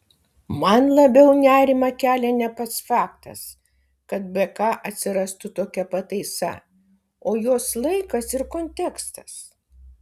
man labiau nerimą kelia ne pats faktas kad bk atsirastų tokia pataisa o jos laikas ir kontekstas